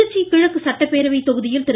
திருச்சி கிழக்கு சட்டப்பேரவை தொகுதியில் திரு